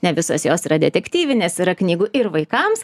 ne visos jos yra detektyvinės yra knygų ir vaikams